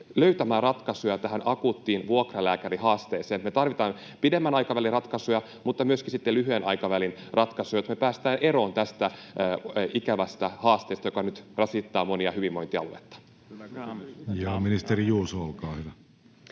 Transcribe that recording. löytämään ratkaisuja tähän akuuttiin vuokralääkärihaasteeseen? Me tarvitaan pidemmän aikavälin ratkaisuja mutta myöskin lyhyen aikavälin ratkaisuja, jotta me päästään eroon tästä ikävästä haasteesta, joka nyt rasittaa monia hyvinvointialueita. Ja ministeri Juuso, olkaa hyvä.